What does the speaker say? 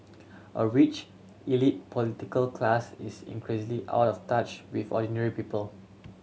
a rich elite political class is increasingly out of touch with ordinary people